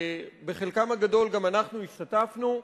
שבחלקם הגדול גם אנחנו השתתפנו,